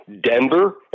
Denver